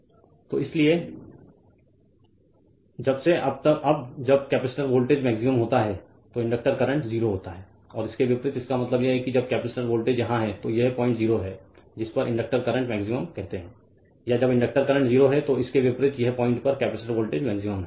Refer Slide Time 2103 तो इसलिए जब से अब जब कपैसिटर वोल्टेज मैक्सिमम होता है तो इंडक्टर करंट 0 होता है और इसके विपरीत इसका मतलब यह है कि जब कपैसिटर वोल्टेज यहाँ है तो यह पॉइंट 0 है जिस पर इंडक्टर करंट मैक्सिमम कहते हैं या जब इंडक्टर करंट 0 है तो इसके विपरीत यह पॉइंट पर कपैसिटर वोल्टेज मैक्सिमम है